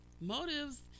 Motives